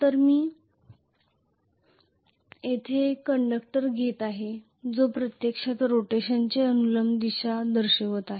तर मी येथे एक कंडक्टर घेत आहे जो प्रत्यक्षात रोटेशनची अनुलंब दिशा दर्शवित आहे